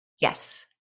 yes